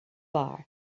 bar